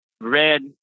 red